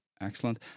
Excellent